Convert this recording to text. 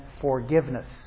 forgiveness